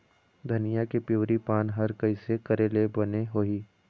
धनिया के पिवरी पान हर कइसे करेले बने होही?